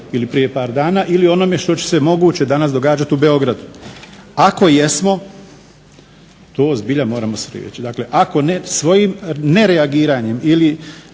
ili prije par dana ili onome što će se moguće danas događati u Beogradu. Ako jesmo to zbilja moramo svi … dakle ako ne svojim nereagiranjem ili